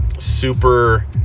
Super